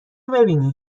ببینی